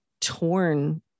torn